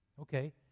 Okay